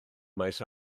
maes